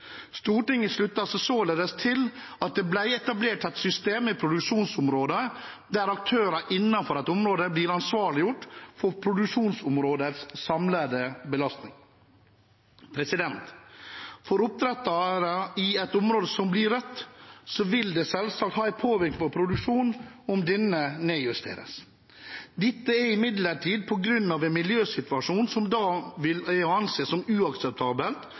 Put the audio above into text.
Stortinget sluttet seg således til at det ble etablert et system i produksjonsområder der aktører innenfor et område blir ansvarliggjort for produksjonsområdets samlede belastning. For oppdrettere i et område som blir rødt, vil det selvsagt påvirke produksjonen om denne nedjusteres. Dette er imidlertid på grunn av en miljøsituasjon som da vil være å anse som